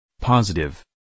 Positive